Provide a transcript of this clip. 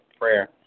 prayer